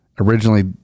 originally